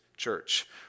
church